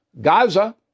Gaza